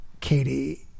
Katie